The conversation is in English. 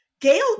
gail